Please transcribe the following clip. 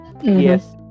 Yes